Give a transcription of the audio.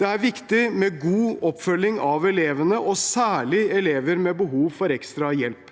Det er viktig med god oppfølging av elevene og særlig elever med behov for ekstra hjelp.